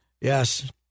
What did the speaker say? Yes